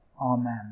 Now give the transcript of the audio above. Amen